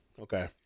okay